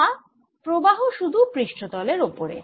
তা প্রবাহ শুধু পৃষ্ঠতলের ওপরে